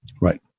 Right